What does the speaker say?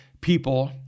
people